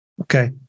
Okay